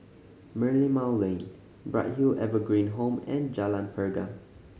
Merlimau Lane Bright Hill Evergreen Home and Jalan Pergam